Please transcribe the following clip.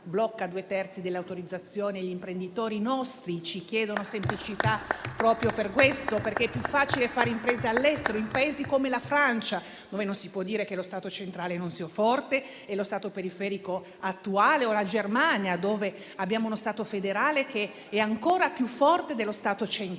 blocca due terzi delle autorizzazioni e i nostri imprenditori nostri ci chiedono semplicità proprio per questo, perché è più facile fare impresa all'estero, ad esempio, in Paesi come la Francia, dove non si può dire che lo Stato centrale non sia forte o lo Stato periferico attuale, o la Germania, dove abbiamo uno Stato federale che è ancora più forte dello Stato centrale.